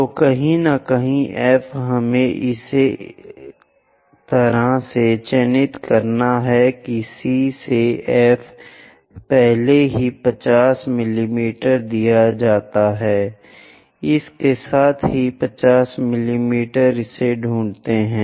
तो कहीं न कहीं F हमें इसे इस तरह से चिह्नित करना है कि C से F पहले ही 50 मिमी दिया जाता है इसके साथ ही 50 मिमी इसे ढूंढते हैं